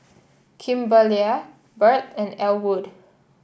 Kimberlie Birt and Elwood